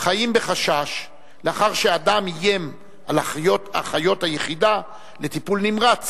חיים בחשש לאחר שאדם איים על אחיות היחידה לטיפול נמרץ